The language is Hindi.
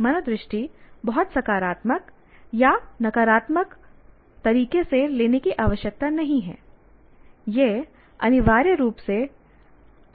मनोदृष्टि बहुत सकारात्मक या नकारात्मक तरीके से लेने की आवश्यकता नहीं है यह अनिवार्य रूप से